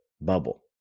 bubble